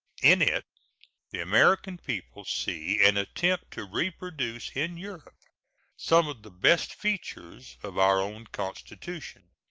in it the american people see an attempt to reproduce in europe some of the best features of our own constitution,